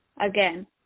again